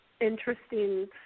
interesting